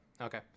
okay